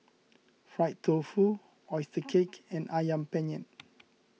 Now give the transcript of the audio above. Fried Tofu Oyster Cake and Ayam Penyet